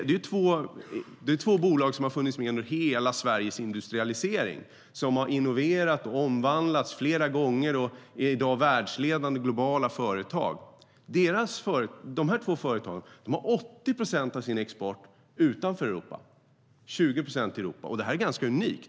Det är två bolag som har funnits med under hela Sveriges industrialisering, som har innoverat och omvandlats flera gånger och i dag är världsledande globala företag. De här två företagen har 80 procent av sin export utanför Europa och 20 procent i Europa. Det är ganska unikt.